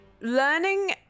Learning